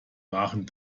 waren